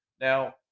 Now